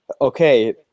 Okay